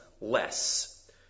less